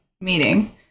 meeting